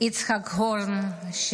יצחק הורן,